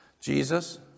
Jesus